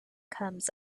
comes